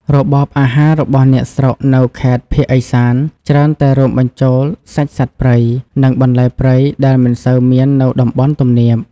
របបអាហាររបស់អ្នកស្រុកនៅខេត្តភាគឦសាន ច្រើនតែរួមបញ្ចូលសាច់សត្វព្រៃ និងបន្លែព្រៃដែលមិនសូវមាននៅតំបន់ទំនាប។